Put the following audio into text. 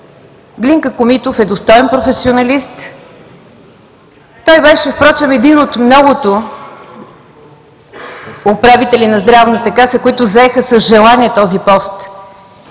Глинка Комитов е достоен професионалист. Той беше един от многото управители на Здравната каса, които заеха с желание този пост.